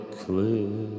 clear